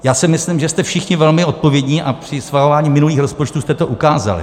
Já si myslím, že jste všichni velmi odpovědní, a při schvalování minulých rozpočtů jste to ukázali.